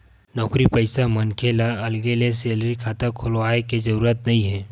नउकरी पइसा मनखे ल अलगे ले सेलरी खाता खोलाय के जरूरत नइ हे